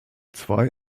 zwei